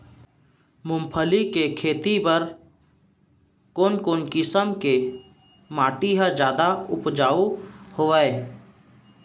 मूंगफली के खेती बर कोन कोन किसम के माटी ह जादा उपजाऊ हवये?